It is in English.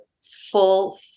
full